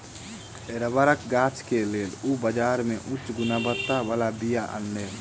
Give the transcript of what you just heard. रबड़क गाछ के लेल ओ बाजार से उच्च गुणवत्ता बला बीया अनलैन